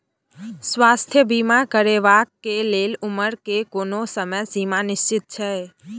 स्वास्थ्य बीमा करेवाक के लेल उमर के कोनो समय सीमा निश्चित छै?